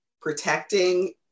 protecting